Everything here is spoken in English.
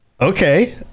okay